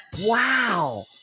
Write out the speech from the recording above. Wow